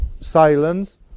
silence